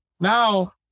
Now